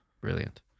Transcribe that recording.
Brilliant